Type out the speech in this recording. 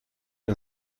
and